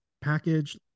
package